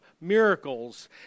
miracles